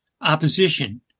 opposition